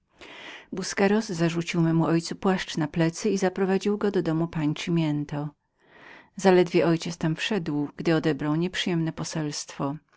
busqueros zarzucił memu ojcu płaszcz na plecy i wepchnął go do domu pani ciemientocimiento zaledwie tam wszedł gdy odebrał nieprzyjemne poselstwo